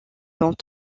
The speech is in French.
dont